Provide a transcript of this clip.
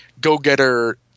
go-getter